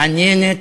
מעניינת,